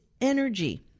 energy